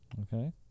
Okay